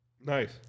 Nice